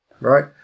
right